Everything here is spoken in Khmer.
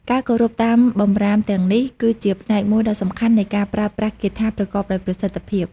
ការគោរពតាមបម្រាមទាំងនេះគឺជាផ្នែកមួយដ៏សំខាន់នៃការប្រើប្រាស់គាថាប្រកបដោយប្រសិទ្ធភាព។